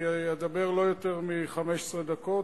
אני אדבר לא יותר מ-15 דקות,